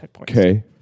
Okay